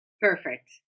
perfect